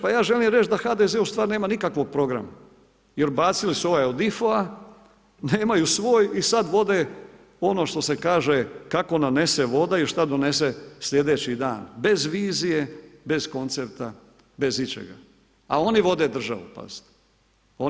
Ja želim reć da HDZ ustvari nema nikakvog programa jer odbacili su ovaj od IFO-a, nemaju svoj i sad vode ono što se kaže, kako nanese voda i šta donese slijedeći dan, bez vizije, bez koncepta, bez ičega, a oni vode državu pazite.